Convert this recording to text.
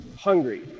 hungry